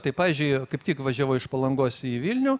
tai pavyzdžiui kaip tik važiavau iš palangos į vilnių